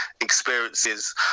experiences